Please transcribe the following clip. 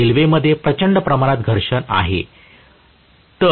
रेल्वेमध्ये प्रचंड प्रमाणात घर्षण आहे